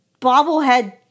bobblehead